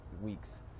weeks